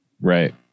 Right